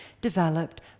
developed